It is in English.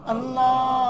Allah